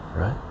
right